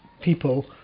people